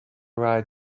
right